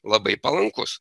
labai palankus